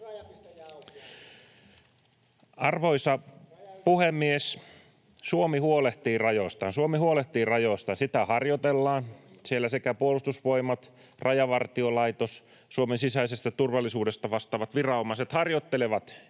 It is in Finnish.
rajoistaan. Suomi huolehtii rajoistaan, sitä harjoitellaan. Siellä sekä Puolustusvoimat että Rajavartiolaitos, Suomen sisäisestä turvallisuudesta vastaavat viranomaiset, harjoittelevat niitä